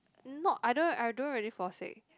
not I don't I don't really fall sick